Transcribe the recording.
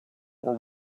were